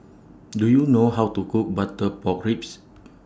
Do YOU know How to Cook Butter Pork Ribs